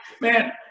man